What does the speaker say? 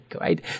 right